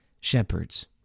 shepherds